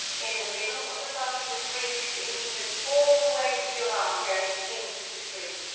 in the middle of the bow you're really sinking with all the weight of your arm going into the string,